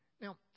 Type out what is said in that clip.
Now